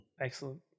Excellent